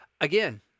Again